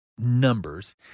numbers